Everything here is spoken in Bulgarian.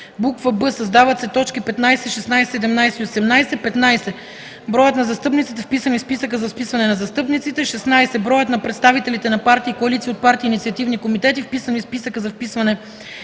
б) създават се т. 15, 16, 17 и 18: „15. броят на застъпниците, вписани в списъка за вписване на застъпниците; 16. броят на представителите на партии, коалиции от партии и инициативни комитети, вписани в списъка за вписване на представителите;